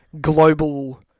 global